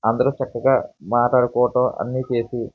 అందరూ చక్కగా మాట్లాడుకోవటం అన్నీ చేసి